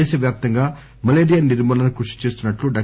దేశవ్యాప్తంగా మలేరియా నిర్మూలనకు కృషి చేస్తున్నట్లు డా